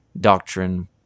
doctrine